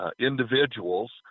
individuals